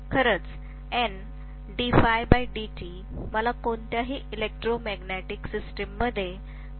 खरंच मला कोणत्याही इलेक्ट्रोमेकॅनिकल सिस्टममध्ये प्रेरित EMF देत आहे